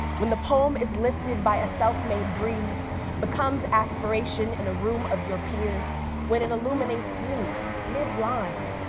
when the poem is lifted by a self-made breeze becomes aspiration in a room of your peers when it illuminates you, midline,